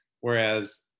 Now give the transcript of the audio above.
whereas